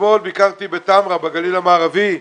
אתמול ביקרתי בטמרה בגליל המערבי,